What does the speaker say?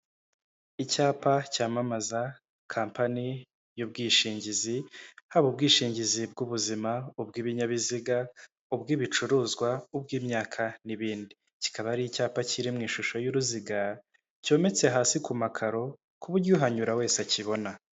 Icyapa cyamamaza kampani y'ubwishingizi, yaba ubwishingizi bw'ubuzima, ubw'ibinyabiziga, ubw'ibicuruzwa, ubw'imyaka n'ibindi, kikaba ari icyapa kiri mu ishusho y'uruziga, cyometse hasi ku makaro, ku buryo uhanyura wese akibona.